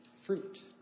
fruit